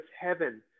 heaven